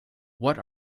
what